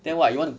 then what you want